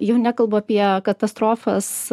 jau nekalbu apie katastrofas